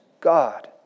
God